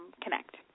connect